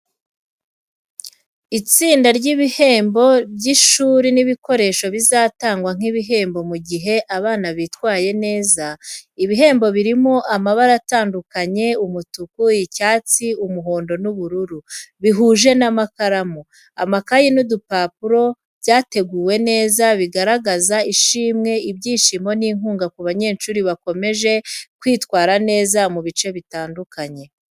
Itsinda ry'ibihembo by’ishuri n’ibikoresho bizatangwa nk’ibihembo mu gihe abana bitwaye neza. Ibihembo birimo amabara atandukanye umutuku, icyatsi, umuhondo n’ubururu, bihuje n’amakaramu, amakaye n’udupapuro. Byateguwe neza, bigaragaza ishimwe, ibyishimo n’inkunga ku banyeshuri bakomeje kwitwara neza mu bice bitandukanye.